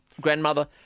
grandmother